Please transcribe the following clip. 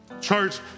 Church